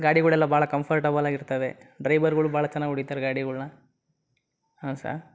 ಗಾಡಿಗಳೆಲ್ಲ ಭಾಳ ಕಂಫರ್ಟಬಲ್ ಆಗಿ ಇರ್ತವೆ ಡ್ರೈವರ್ಗಳು ಭಾಳ ಚೆನ್ನಾಗಿ ಹೊಡೀತಾರೆ ಗಾಡಿಗಳ್ನ ಹಾಂ ಸರ್